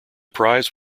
prize